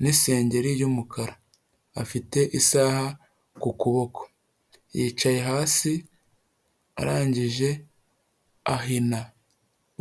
n'isengeri y'umukara, afite isaha ku kuboko, yicaye hasi arangije ahina